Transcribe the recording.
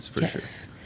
yes